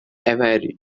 aviary